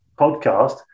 podcast